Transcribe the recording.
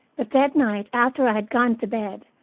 but that night, after i had gone to bed,